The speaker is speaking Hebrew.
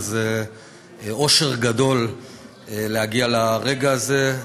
וזה אושר גדול להגיע לרגע הזה,